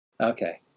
okay